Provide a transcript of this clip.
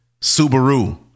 Subaru